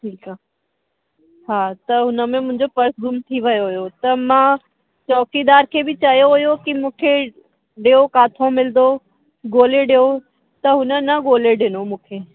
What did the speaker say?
ठीकु आहे हा हुनमें मुंहिंजो पर्स गुम थी वियो हुयो त मां चौकीदार खे बि चयो हुयो की मूंखे ॿियो काथो मिलदो ॻोल्हे त हुननि ॻोल्हे ॾिनो मूंखे